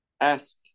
ask